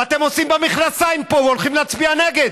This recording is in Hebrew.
ואתם עושים במכנסיים פה והולכים להצביע נגד.